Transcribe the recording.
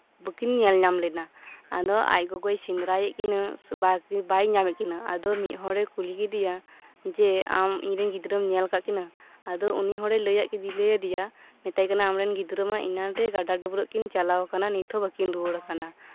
ᱵᱟᱹᱠᱤᱱ ᱧᱮᱞᱧᱟᱢ ᱞᱮᱱᱟ ᱟᱫᱚ ᱟᱡᱜᱚᱜᱚᱭ ᱥᱮᱸᱫᱽᱨᱟᱭᱮᱫ ᱠᱤᱱᱟᱹ ᱵᱟᱭ ᱧᱟᱢᱮᱫ ᱠᱤᱱᱟᱹ ᱢᱤᱫᱽᱦᱚᱲᱮ ᱠᱩᱞᱤ ᱠᱮᱫᱤᱭᱟ ᱡᱮ ᱟᱢ ᱤᱧᱨᱮᱱ ᱜᱤᱫᱽᱨᱟᱹᱢ ᱧᱮᱞ ᱟᱠᱟᱫ ᱠᱤᱱᱟᱹ ᱟᱫᱚ ᱩᱱᱤ ᱦᱚᱲᱮ ᱞᱟᱹᱭ ᱟᱫᱤᱭᱟ ᱢᱮᱛᱟᱭ ᱠᱟᱱᱟᱭ ᱟᱢᱨᱮᱱ ᱜᱤᱫᱽᱨᱟᱹ ᱢᱟ ᱮᱱᱟᱱ ᱨᱮ ᱜᱟᱰᱟ ᱰᱟᱹᱵᱨᱟᱹᱜ ᱠᱤᱱ ᱪᱟᱞᱟᱣ ᱟᱠᱟᱱᱟ ᱱᱤᱛᱦᱚᱸ ᱵᱟᱹᱠᱤᱱ ᱨᱩᱣᱟᱹᱲ ᱟᱠᱟᱱᱟ